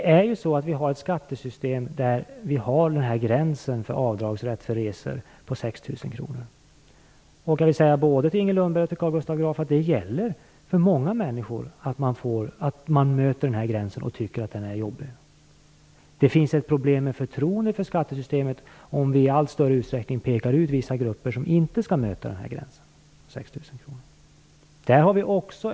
Vårt skattesystem är sådant att det går en gräns för avdragsrätt för resor vid 6 000 kr. Jag vill säga både till Inger Lundberg och till Carl Fredrik Graf att det är många människor som möter den gränsen och som tycker att den är jobbig. Det uppstår ett problem när det gäller förtroende för skattesystemet om vi i allt större utsträckning pekar ut vissa grupper som inte skall beröras av bestämmelsen om en gräns vid 6 000 kr.